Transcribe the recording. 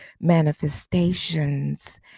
manifestations